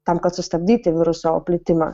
tam kad sustabdyti viruso plitimą